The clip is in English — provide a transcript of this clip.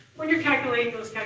when you're calculating those,